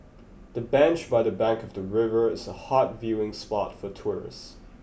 the bench by the bank of the river is a hot viewing spot for tourists